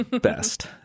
Best